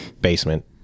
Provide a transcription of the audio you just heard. basement